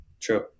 True